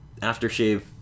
aftershave